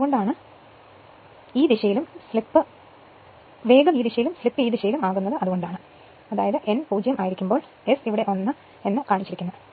അതുകൊണ്ടാണ് വേഗം ഈ ദിശയിലും സ്ലിപ് ഈ ദിശയിലും ആകുന്നത്